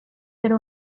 per